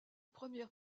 premières